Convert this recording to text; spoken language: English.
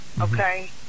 okay